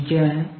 G क्या है